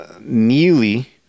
Neely